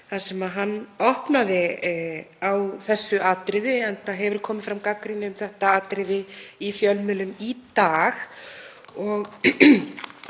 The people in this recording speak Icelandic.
þar sem hann opnaði á þessu atriði enda hefur komið fram gagnrýni um þetta atriði í fjölmiðlum í dag.